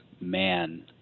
man